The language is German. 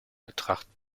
betrachten